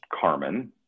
Carmen